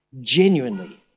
genuinely